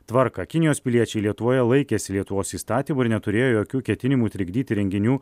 tvarką kinijos piliečiai lietuvoje laikėsi lietuvos įstatymų ir neturėjo jokių ketinimų trikdyti renginių